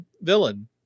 villain